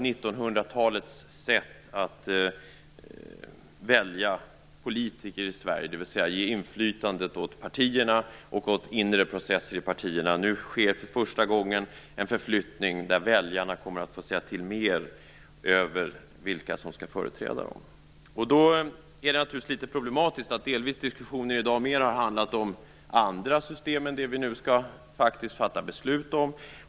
Vi bryter med 1900-talets sätt att välja politiker i Sverige, dvs. att ge inflytande åt partierna och åt inre processer i partierna. Nu sker för första gången en förflyttning mot att väljarna kommer att få mer att säga till om när det gäller vilka som skall företräda dem. Det är naturligtvis litet problematiskt att diskussionen i dag mer har handlat om andra system än det vi nu skall fatta beslut om.